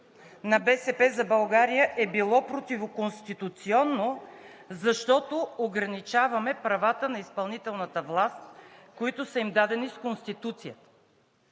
на „БСП за България“ е било противоконституционно, защото ограничаваме правата на изпълнителната власт, които са им дадени с Конституцията.